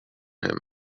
him